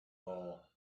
all